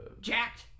jacked